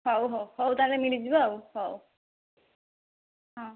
ହଉ ହଉ ହଉ ତାହେଲେ ମିଳିଯିବ ଆଉ ହଉ ହଁ